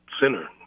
center